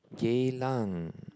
Geylang